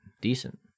decent